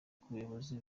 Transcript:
nk’ubuyobozi